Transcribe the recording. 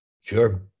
Sure